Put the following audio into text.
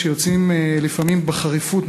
יוצאים לפעמים בחריפות